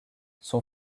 son